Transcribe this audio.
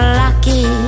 lucky